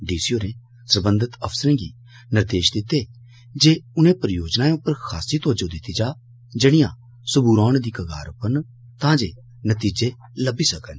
DC होरें सरबंधत अफसरें गी निर्देश दित्ते जे उनें परियोजनाएं उप्पर खासी तवज्जो दित्ती जा जेहड़ियां सबूरा होने दे कगार उप्पर न तां जे नतीजे लब्मी सकन